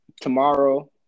tomorrow